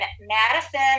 madison